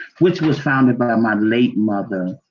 which was founded by my late mother,